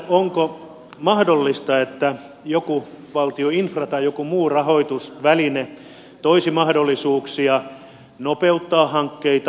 onko mahdollista että joku valtion infra tai muu rahoitusväline toisi mahdollisuuksia nopeuttaa hankkeita